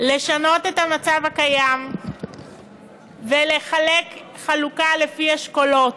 לשנות את המצב הקיים ולחלק חלוקה לפי אשכולות,